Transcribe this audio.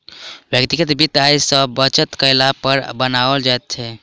व्यक्तिगत वित्त आय सॅ बचत कयला पर बनाओल जाइत छै